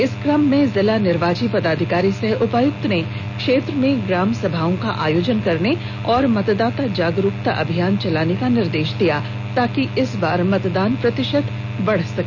इस क्रम में जिला निर्वाची पदाधिकारी सह उपायुक्त ने क्षेत्र में ग्राम सभाओं का आयोजन करने और मतदाता जागरूकता अभियान चलाने के निर्देश दिए ताकि इस बार मतदान प्रतिशत बढ़ सके